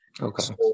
Okay